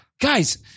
Guys